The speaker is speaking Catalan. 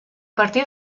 partir